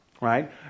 right